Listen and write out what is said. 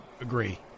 agree